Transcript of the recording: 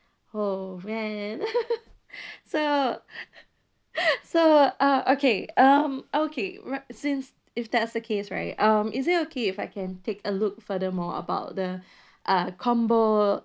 oh man so so uh okay um okay right since if that's the case right um is it okay if I can take a look further more about the uh combo